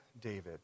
David